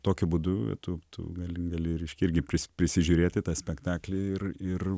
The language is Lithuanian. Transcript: tokiu būdu tu tu gali gali reiškia irgi prisižiūrėti tą spektaklį ir ir